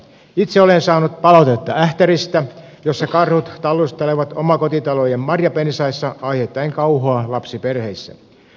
itse olen saanut palautetta ähtäristä missä karhut tallustelevat omakotitalojen marjapensaissa aiheuttaen kauhua lapsiperheissä